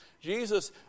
jesus